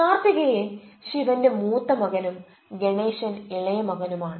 കാർത്തികേയൻ ശിവന്റെ മൂത്ത മകനും ഗണേശൻ ഇളയ മകനുമാണ്